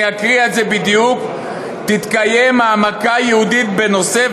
אני אקריא את זה בדיוק: " תתקיים העמקה ייעודית בנושא,